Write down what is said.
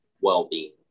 well-being